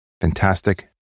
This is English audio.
Fantastic